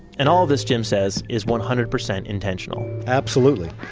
and all this jim says is one hundred percent intentional absolutely.